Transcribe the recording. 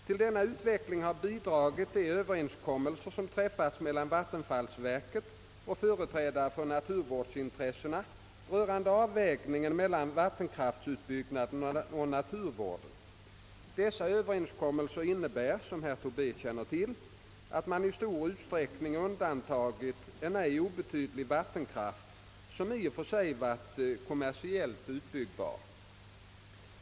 Till denna utveckling har bidragit de överenskommelser, som träffats mellan vattenfallsverket och företrädare för naturvårdsintressena rörande avvägningen mellan vattenkraftutbyggnad och naturvård. Dessa överenskommelser innebär — som herr Tobé känner till — att man i stor utsträckning undantagit en ej obetydlig vattenkraft, som i och för sig varit kommersiellt utbyggbar.